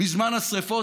בזמן השרפות.